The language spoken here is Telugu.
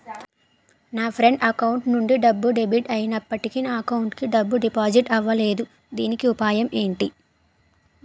నా ఫ్రెండ్ అకౌంట్ నుండి డబ్బు డెబిట్ అయినప్పటికీ నా అకౌంట్ కి డబ్బు డిపాజిట్ అవ్వలేదుదీనికి ఉపాయం ఎంటి?